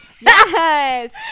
Yes